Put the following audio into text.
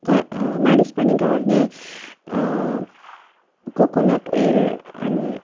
गर् मालिस पनि गर्ने कोकोनट ओइल अनि